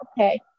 okay